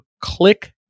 click